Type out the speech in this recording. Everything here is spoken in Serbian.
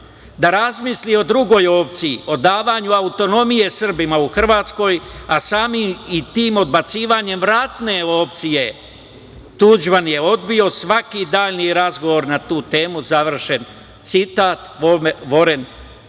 da razmisli o drugoj opciji, o davanju autonomije Srbima u Hrvatskoj, a samim i tim odbacivanjem vratne opcije, Tuđman je odbio svaki daljni razgovor na tu temu“, završen citat, Voren